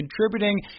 contributing